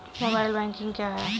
Mobile banking क्या है?